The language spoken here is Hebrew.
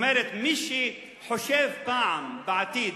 מי שחושב פעם בעתיד,